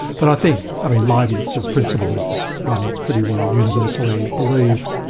but i think i mean leibnitz's principle is one that's pretty well universally believed.